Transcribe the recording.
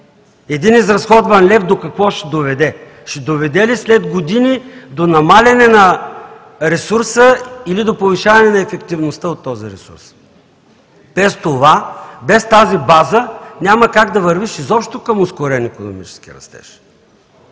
един изразходван лев до какво ще доведе, ще доведе ли след години до намаляване на ресурса, или до повишаване на ефективността от този ресурс. Без това – без тази база, няма как да вървиш изобщо към ускорен икономически растеж.